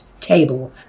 table